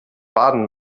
baden